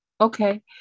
Okay